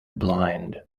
blind